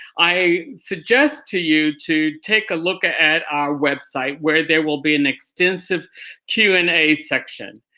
i suggest to you to take a look at at our website where there will be an extensive q and a section.